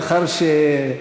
לאחר,